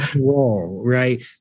Right